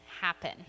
happen